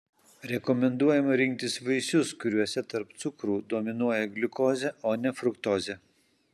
rekomenduojama rinktis vaisius kuriuose tarp cukrų dominuoja gliukozė o ne fruktozė